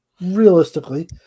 realistically